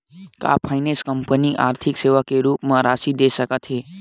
का finance company आर्थिक सेवा के रूप म राशि दे सकत हे?